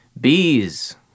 bees